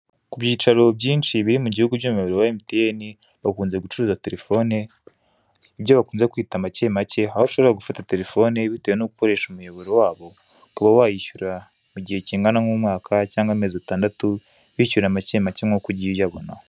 Ku byicaro byinshi biri mu gihugu by'umuyoboro wa MTN bakunze gucuruza telefone, ibyo bakunze kwita make make, aho ushobora gufata telefone bitewe n'uko ukoresha umuyoboro wabo, ukaba wayishyura mu gihe kingana nk'umwuka cyangwa amezi atandatu wishyura make make nk'uko ugiye uyabona.